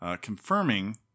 confirming